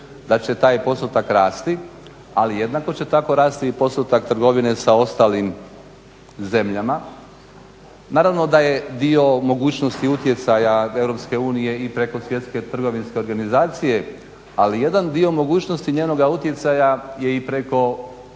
da će taj postotak rasti, ali jednako će tako rasti postotak trgovine sa ostalim zemljama. Naravno da je dio mogućnosti utjecaja od EU i preko svjetske trgovinske organizacije, ali jedan dio mogućnosti njenoga utjecaja je i preko